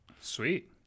Sweet